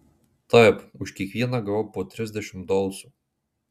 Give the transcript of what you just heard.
taip už kiekvieną gavau po trisdešimt dolcų